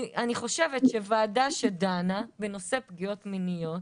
כי אני חושבת שוועדה שדנה בנושא פגיעות מיניות,